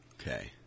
Okay